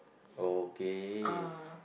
okay